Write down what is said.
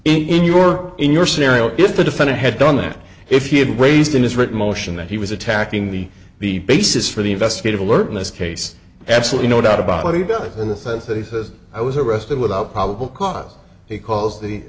in your in your scenario if the defendant had done that if he had raised in his written motion that he was attacking the the basis for the investigative alertness case absolutely no doubt about what he'd done in the sense that he says i was arrested without probable cause he calls